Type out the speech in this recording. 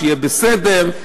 שיהיה בסדר?